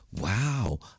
wow